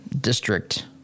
district –